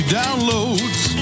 downloads